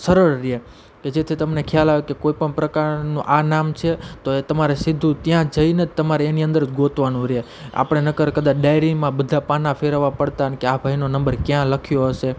સરળ રહે કે જેથી તમને ખ્યાલ આવે કે કોઈપણ પ્રકારનું આ નામ છે તો એ તમારે સીધું ત્યાંજ જઈને તમારે એની અંદર ગોતવાનું રે આપણે નહીંતર કદાચ ડાયરીમાં બધા પાનાં ફેરવવા પડતા ને આ ભાઇનો નંબર ક્યાં લખ્યો હશે